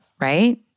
right